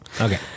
Okay